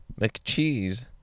McCheese